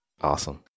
Awesome